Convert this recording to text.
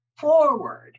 forward